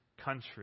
country